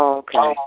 okay